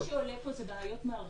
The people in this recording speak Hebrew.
אבל מה שעולה פה זה בעיות מערכתיות,